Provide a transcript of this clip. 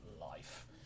life